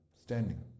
standing